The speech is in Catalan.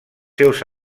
seus